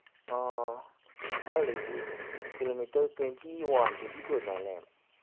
ꯑꯣ ꯏꯝꯐꯥꯜꯗꯩꯗꯤ kilometre twenty one twenty two ꯑꯗꯨꯃꯥꯏ ꯂꯩꯌꯦ